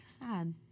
sad